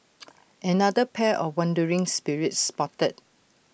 another pair of wandering spirits spotted